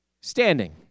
standing